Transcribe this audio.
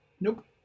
Nope